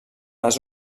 les